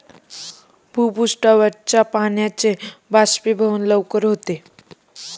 पृष्ठावरच्या पाण्याचे बाष्पीभवन लवकर होते